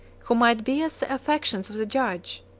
who might bias the affections of the judge,